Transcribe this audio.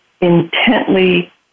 intently